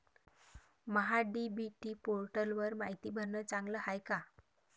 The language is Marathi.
महा डी.बी.टी पोर्टलवर मायती भरनं चांगलं हाये का?